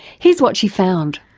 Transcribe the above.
here's what she found.